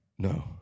no